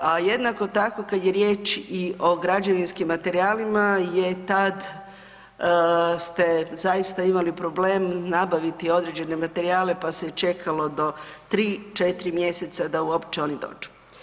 A jednako tako kad je riječ i o građevinskim materijala jer tad ste zaista imali problem nabaviti određene materijale, pa se je čekalo do 3-4 mjeseca da uopće oni dođu.